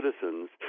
citizens